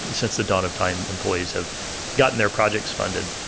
and since the dawn of time, employees have gotten their projects funded.